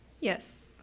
Yes